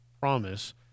promise